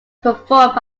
performed